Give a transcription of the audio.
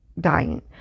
dying